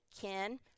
Ken